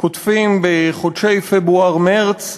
קוטפים בחודשי פברואר-מרס,